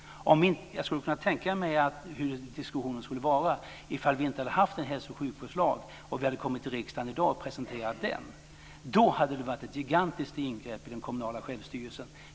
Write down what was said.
Jag skulle kunna tänka mig hur diskussionen skulle vara ifall vi inte hade haft en hälso och sjukvårdslag och vi kommit till riksdagen i dag och presenterat den. Då hade det varit ett gigantiskt ingrepp i den kommunala självstyrelsen.